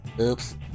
oops